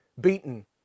beaten